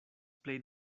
plej